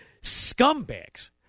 scumbags